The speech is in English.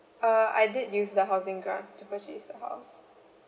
uh I did use the housing grant to purchase the house